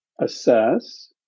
assess